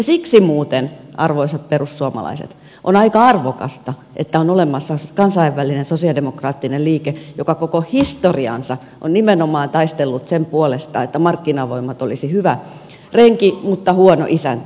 siksi muuten arvoisat perussuomalaiset on aika arvokasta että on olemassa kansainvälinen sosialidemokraattinen liike joka koko historiansa on nimenomaan taistellut sen puolesta että markkinavoimat olisivat hyvä renki mutta huono isäntä